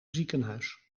ziekenhuis